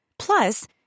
Plus